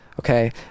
okay